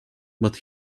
but